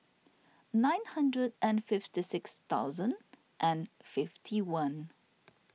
nine hundred and fifty six thousand and fifty one